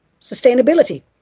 sustainability